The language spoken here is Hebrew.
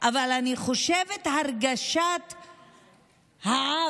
אבל אני חושבת שהרגשת העוול,